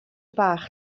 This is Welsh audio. fach